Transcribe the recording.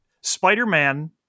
Spider-Man